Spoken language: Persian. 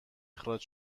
اخراج